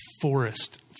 forest